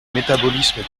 métabolisme